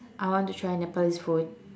I want to try nepalese food